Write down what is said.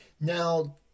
Now